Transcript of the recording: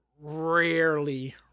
rarely